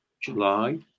July